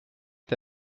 est